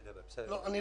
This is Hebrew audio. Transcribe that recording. תדבר, ואחריך איתי טמקין.